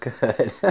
good